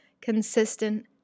consistent